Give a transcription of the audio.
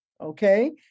Okay